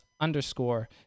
underscore